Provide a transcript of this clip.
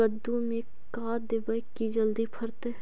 कददु मे का देबै की जल्दी फरतै?